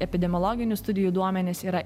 epidemiologinių studijų duomenys yra